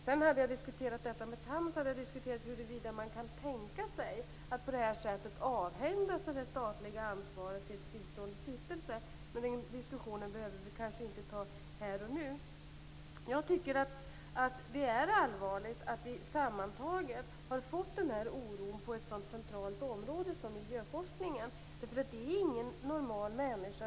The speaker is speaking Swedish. Om jag hade diskuterat detta med Tham hade jag tagit upp huruvida man kan tänka sig att på det här sättet avhända sig det statliga ansvaret till en fristående stiftelse. Men den diskussionen behöver vi kanske inte ta här och nu. Det är allvarligt att vi sammantaget fått en sådan här oro på ett så centralt område som miljöforskningens.